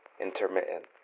Intermittent